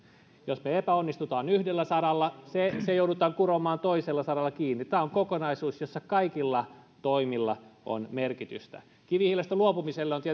jos me epäonnistumme yhdellä saralla se se joudutaan kuromaan toisella saralla kiinni tämä on kokonaisuus jossa kaikilla toimilla on merkitystä kivihiilestä luopumiseen on